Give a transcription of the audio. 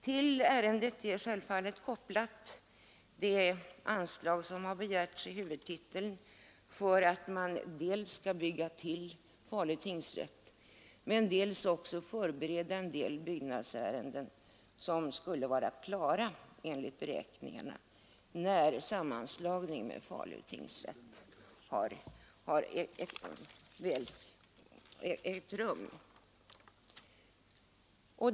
Till ärendet är självfallet kopplat det anslag som har begärts i huvudtiteln för en tillbyggnad av Falu tingsrätt och för förberedelser av en del byggnadsärenden som enligt beräkningarna skulle vara klara när sammanslagningen med Falu tingsrätt har ägt rum.